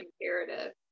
imperative